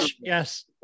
Yes